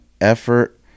effort